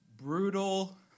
brutal